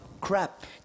crap